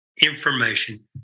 information